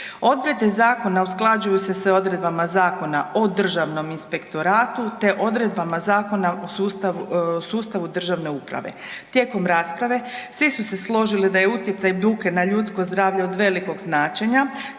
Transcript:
Odredbe zakona usklađuju se s odredbama Zakona o državnom inspektoratu te odredbama Zakona o sustavu državne uprave. Tijekom rasprave svi su se složili da je utjecaj buke na ljudsko zdravlje od velikog značenja,